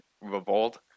revolt